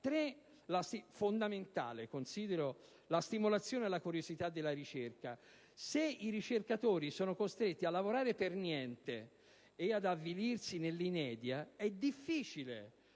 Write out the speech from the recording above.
la stimolazione e la curiosità della ricerca: se i ricercatori sono costretti a lavorare per niente e ad avvilirsi nell'inedia, è difficile